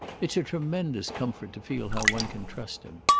it's a tremendous comfort to feel how one can trust him.